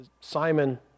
Simon